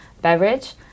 beverage